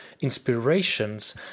inspirations